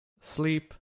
Sleep